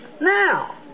now